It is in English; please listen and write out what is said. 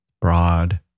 broad